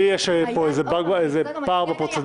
לי יש פה פער בפרוצדורה.